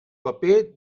paper